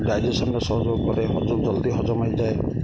ଡାଇଜେସନ୍ରେ ସହଯୋଗ କରେ ଜଲ୍ଦି ହଜମ ହେଇଯାଏ